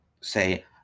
say